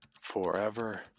forever